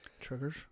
triggers